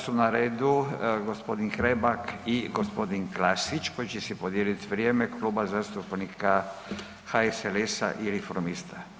Sada su na redu gospodin Hrebak i gospodin Krasić koji će si podijeliti vrijeme Kluba zastupnika HSLS-a i Reformista.